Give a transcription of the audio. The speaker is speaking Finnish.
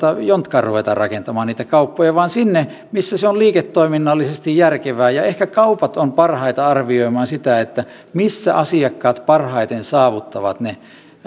jontkaan ruvetaan rakentamaan vaan sinne missä se on liiketoiminnallisesti järkevää ehkä kaupat ovat parhaita arvioimaan sitä missä asiakkaat parhaiten saavuttavat ne